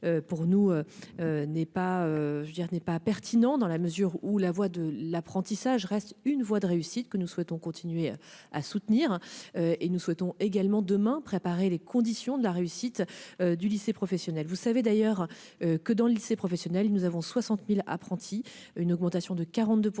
veux dire, n'est pas pertinent dans la mesure où la voie de l'apprentissage reste une voie de réussite que nous souhaitons continuer à soutenir et nous souhaitons également demain préparer les conditions de la réussite du lycée professionnel vous savez d'ailleurs que dans le lycée professionnel il nous avons 60000 apprentis une augmentation de 42